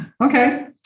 Okay